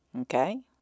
okay